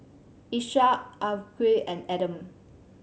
Ishak Afiqah and Adam